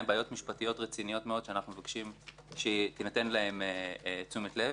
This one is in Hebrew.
הן בעיות משפטיות רציניות מאוד שאנחנו מבקשים שתינתן להן תשומת לב.